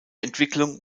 entwicklung